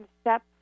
step